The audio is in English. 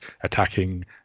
attacking